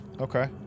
Okay